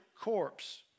corpse